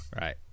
Right